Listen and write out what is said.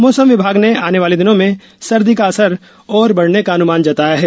मौसम विभाग ने ँआने वाले दिनों में सर्दी का असर और बढ़ने का अनुमान जताया है